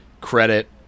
credit